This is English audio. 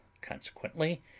consequently